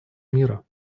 мира